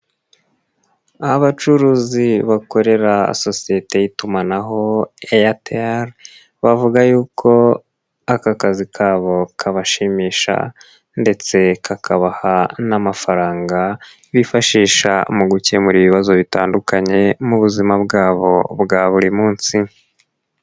Abacuruzi bakorera sosiyete y'itumanaho Airtel bavuga y'uko aka kazi kabo kabashimisha ndetse kakabaha n'amafaranga bifashisha mu gukemura ibibazo bitandukanye mu buzima bwabo bwa buri munsi.